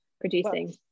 producing